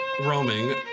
Roaming